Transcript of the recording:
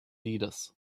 leaders